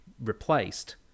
replaced